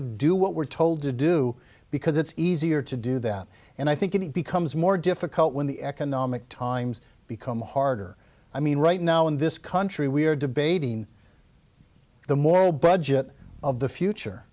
of do what we're told to do because it's easier to do that and i think it becomes more difficult when the economic times become harder i mean right now in this country we are debating the moral budget of the future